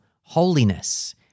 holiness